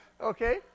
Okay